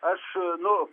aš nors